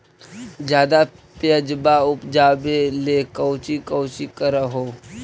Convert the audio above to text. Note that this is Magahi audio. ज्यादा प्यजबा उपजाबे ले कौची कौची कर हो?